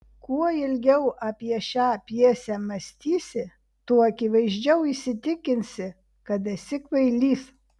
kuo ilgiau apie šią pjesę mąstysi tuo akivaizdžiau įsitikinsi kad esi kvailys